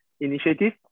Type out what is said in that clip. initiative